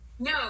no